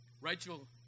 Rachel